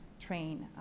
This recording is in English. train